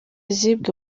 zibwe